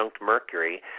Mercury